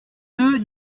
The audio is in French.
deux